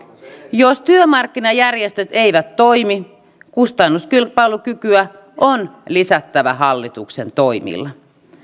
jos työmarkkinajärjestöt eivät toimi kustannuskilpailukykyä on lisättävä hallituksen toimilla